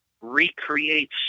recreate